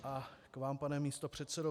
A k vám, pane místopředsedo.